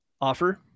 offer